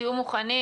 תהיו מוכנים,